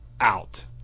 Out